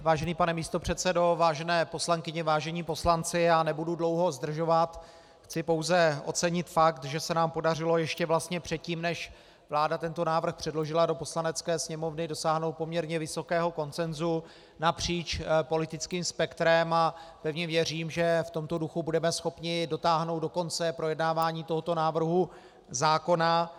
Vážený pane místopředsedo, vážené poslankyně, vážení poslanci, nebudu dlouho zdržovat, chci pouze ocenit fakt, že se nám podařilo ještě předtím, než vláda tento návrh předložila do Poslanecké sněmovny, dosáhnout poměrně vysokého konsenzu napříč politickým spektrem, a pevně věřím, že v tomto duchu budeme schopni dotáhnout do konce projednávání tohoto návrhu zákona.